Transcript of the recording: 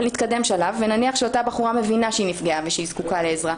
אבל נתקדם שלב ונניח שאותה בחורה מבינה שהיא נפגעה ושהיא זקוקה לעזרה.